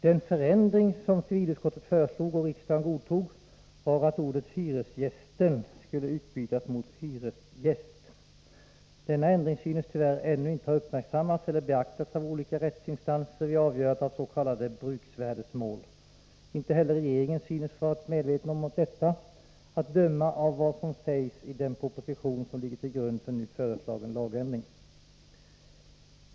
Den förändring som civilutskottet då föreslog och riksdagen godtog var att ordet ”hyresgästen” skulle utbytas mot ordet ”hyresgäst”. Denna ändring synes tyvärr ännu inte ha uppmärksammats eller beaktats av olika rättsinstanser vid avgörande av s.k. bruksvärdesmål. Inte heller regeringen synes ha varit medveten om detta, att döma av vad som sägs i den proposition som ligger till grund för nu föreslagen lagändring.